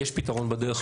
יש פתרון בדרך,